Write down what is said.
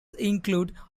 include